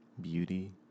Beauty